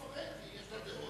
יש לה דעות.